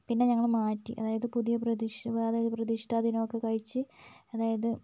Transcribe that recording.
പിന്നെ ഞങ്ങൾ മാറ്റി അതായത് പുതിയ പ്രതിശു അതായത് പ്രതിഷ്ഠാദിനം ഒക്കെ കഴിച്ച് അതായത്